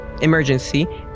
emergency